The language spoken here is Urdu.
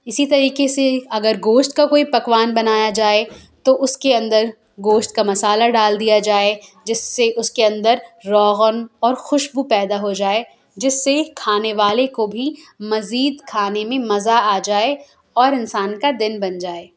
اسی طریقے سے اگر گوشت کا کوئی پکوان بنایا جائے تو اس کے اندر گوشت کا مسالہ ڈال دیا جائے جس سے اس کے اندر روغن اور خوشبو پیدا ہو جائے جس سے کھانے والے کو بھی مزید کھانے میں مزہ آ جائے اور انسان کا دن بن جائے